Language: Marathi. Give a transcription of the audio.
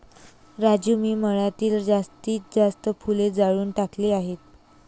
राजू मी मळ्यातील जास्तीत जास्त फुले जाळून टाकली आहेत